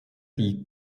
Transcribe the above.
die